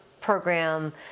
program